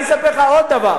אני אספר לך עוד דבר,